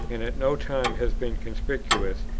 and at no time has been conspicuous,